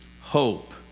hope